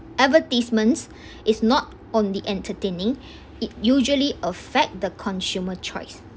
advertisements is not on the entertaining it usually affect the consumer choice